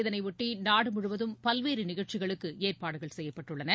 இதனையொட்டி நாடு முழுவதும் பல்வேறு நிகழ்ச்சிகளுக்கு ஏற்பாடுகள் செய்யப்பட்டுள்ளன